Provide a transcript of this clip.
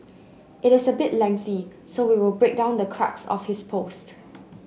it is a bit lengthy so we will break down the crux of his post